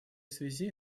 связи